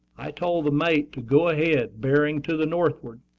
i told the mate to go ahead, bearing to the northward.